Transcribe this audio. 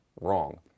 wrong